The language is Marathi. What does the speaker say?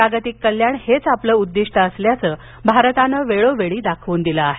जागतिक कल्याण हेचं आपलं उद्दिष्ट असल्याचं भारतानं वेळोवेळी दाखवून दिलं आहे